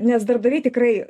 nes darbdaviai tikrai